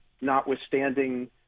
notwithstanding